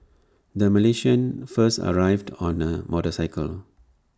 the Malaysians first arrived on A motorcycle